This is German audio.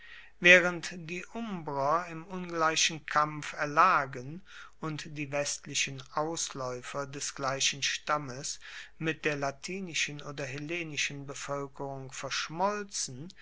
waehrend die umbrer im ungleichen kampf erlagen und die westlichen auslaeufer des gleichen stammes mit der latinischen oder hellenischen bevoelkerung verschmolzen